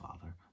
Father